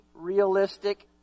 realistic